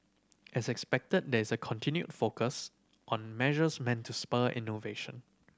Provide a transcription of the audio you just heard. as expected there is a continued focus on measures meant to spur innovation